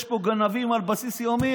יש פה גנבים על בסיס יומי,